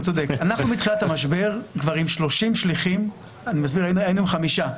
אנחנו מתחילת המשבר עם 30 שליחים כאשר היינו עם חמישה.